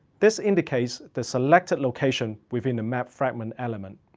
this indicates the selected location within a map fragment element.